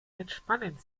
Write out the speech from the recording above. entspannen